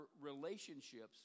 relationships